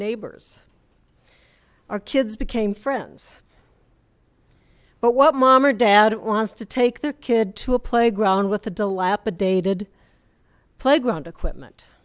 neighbors our kids became friends but what mom or dad wants to take their kid to a playground with a dilapidated playground equipment